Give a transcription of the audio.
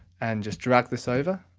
and just drag this over.